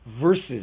versus